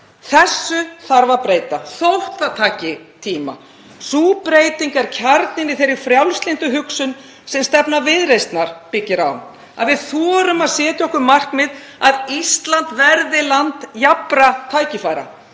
Þessu þarf að breyta þótt það taki tíma. Sú breyting er kjarninn í þeirri frjálslyndu hugsun sem stefna Viðreisnar byggir á, að við þorum að setja okkur markmið, að Ísland verði land jafnra tækifæra.